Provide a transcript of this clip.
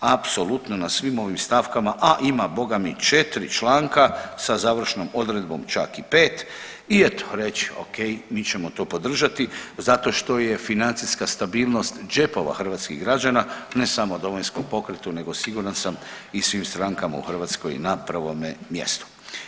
Apsolutno na svim ovim stavkama, a ima boga mi 4 članka sa završnom odredbom čak i 5. I eto reći o.k. mi ćemo to podržati zato što je financijska stabilnost džepova hrvatskih građana ne samo u Domovinskom pokretu nego siguran sam i svim strankama u Hrvatskoj na prvome mjestu.